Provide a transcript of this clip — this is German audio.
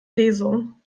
lesung